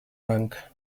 rank